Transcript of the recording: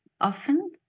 often